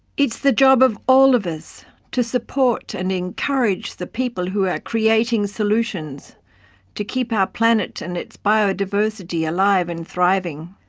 the job of all of us to support and encourage the people who are creating solutions to keep our planet and its biodiversity alive and thriving.